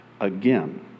again